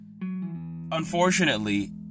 unfortunately